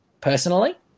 personally